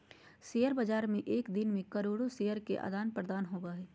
share बाज़ार में एक दिन मे करोड़ो शेयर के आदान प्रदान होबो हइ